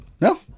no